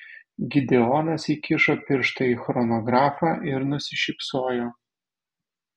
gideonas įkišo pirštą į chronografą ir nusišypsojo